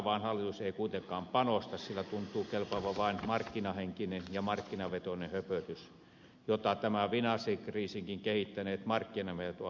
aravaan hallitus ei kuitenkaan panosta sille tuntuu kelpaavan vain markkinahenkinen ja markkinavetoinen höpötys jota nämä finanssikriisinkin kehittäneet markkinamiehet ovat oikeistolle opettaneet